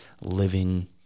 living